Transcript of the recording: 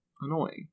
annoying